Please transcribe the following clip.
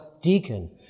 deacon